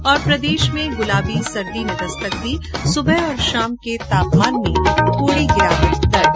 ्र प्रदेश में गुलाबी सर्दी ने दस्तक दी सुबह और शाम के तापमान में थोड़ी गिरावट दर्ज